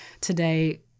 today